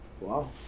Wow